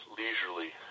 leisurely